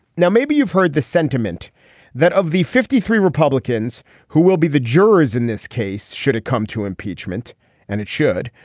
now maybe you've heard the sentiment that of the fifty three republicans who will be the jurors in this case should it come to impeachment and it should.